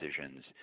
decisions